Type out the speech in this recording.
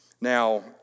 Now